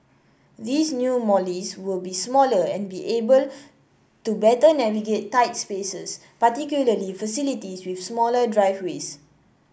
these new Mollies will be smaller and be able to better navigate tight spaces particularly facilities with smaller driveways